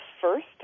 first